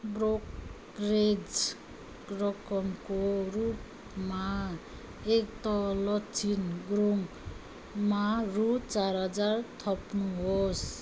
brokerage रकमको रूपमा ऐतलक्षी गुरुङमा रु चार हजार थप्नुहोस्